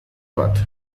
bat